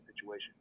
situation